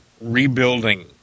rebuilding